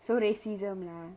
so racism lah